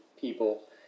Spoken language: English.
people